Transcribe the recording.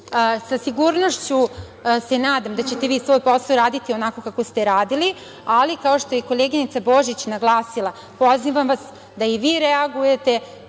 sigurnošću se nadam da ćete vi svoj posao raditi onako kako ste radili, ali kao što je i koleginica Božić naglasila, pozivam vas da i vi reagujete